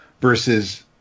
versus